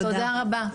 תודה רבה.